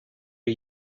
are